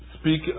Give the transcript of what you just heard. speak